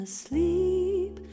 Asleep